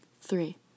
Three